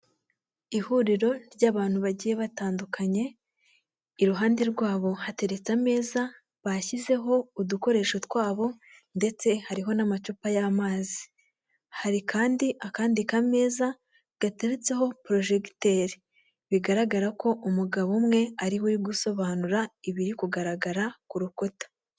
Ihuriro ry'abantu bagiye batandukanye iruhande rwabo hateretse ameza bashyizeho udukoresho twabo ndetse hariho n'amacupa y'amazi; hari kandi akandi ka meza gateretseho porojegiteri bigaragara ko umugabo umwe ariwe uri gusobanura ibiri kugaragara ku rukuta.